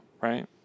right